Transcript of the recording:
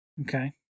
Okay